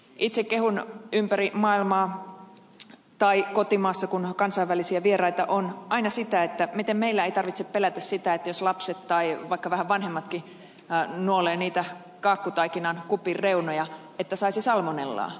itse kehun ympäri maailmaa tai kotimaassa kun kansainvälisiä vieraita on aina sitä miten meillä ei tarvitse pelätä sitä jos lapset tai vaikka vähän vanhemmatkin nuolevat niitä kakkutaikinakupin reunoja että saisi salmonellaa